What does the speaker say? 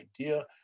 idea